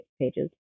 pages